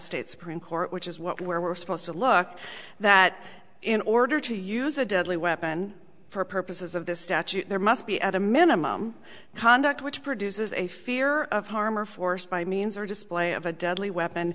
state supreme court which is what where we're supposed to look that in order to use a deadly weapon for purposes of this statute there must be at a minimum conduct which produces a fear of harm or force by means or display of a deadly weapon